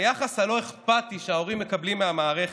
היחס הלא-אכפתי שההורים מקבלים מהמערכת,